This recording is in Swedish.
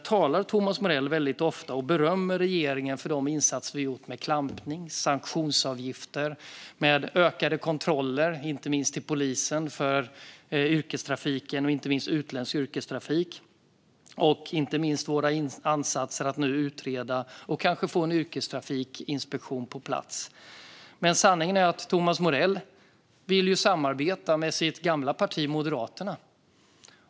Thomas Morell berömmer ofta regeringen för de insatser vi har gjort med klampning, med sanktionsavgifter och med ökade kontroller inte minst av polisen för utländsk yrkestrafik. Det gäller också våra ansatser att utreda och kanske få en yrkestrafikinspektion på plats. Men sanningen är att Thomas Morell vill samarbeta med sitt gamla parti Moderaterna.